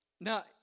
Now